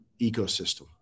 ecosystem